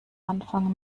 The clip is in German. anfang